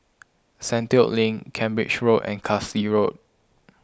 Sentul Link Cambridge Road and Carlisle Road